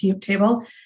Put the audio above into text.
table